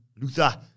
Luther